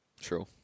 True